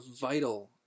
vital